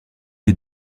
les